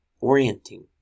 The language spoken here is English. orienting